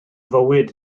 fywyd